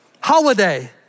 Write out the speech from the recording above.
holiday